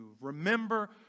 Remember